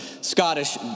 Scottish